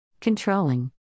Controlling